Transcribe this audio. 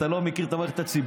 אתה לא מכיר את המערכת הציבורית.